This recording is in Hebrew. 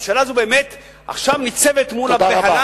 הממשלה הזאת באמת ניצבת עכשיו מול הבהלה,